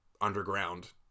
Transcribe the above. underground